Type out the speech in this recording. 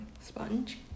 sponge